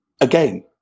again